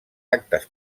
actes